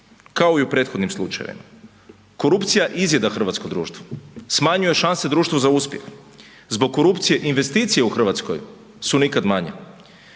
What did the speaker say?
Kao i u prethodnim slučajevima. Korupcija izjeda hrvatsko društvo, smanjuje šanse društvu za uspjeh, zbog korupcije investicije u Hrvatskoj su nikad manje.